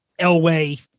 Elway